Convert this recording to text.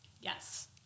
Yes